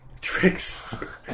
Tricks